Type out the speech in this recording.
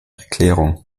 erklärung